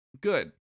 good